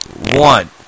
one